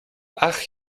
ach